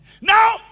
Now